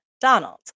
Donald